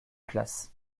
classe